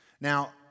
Now